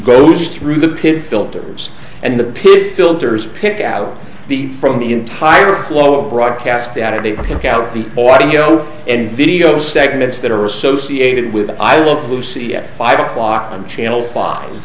goes through the pin filters and the pig filters pick out the from the entire flow of broadcast out of the pink out the audio and video segments that are associated with i want to see at five o'clock on channel five